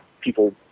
people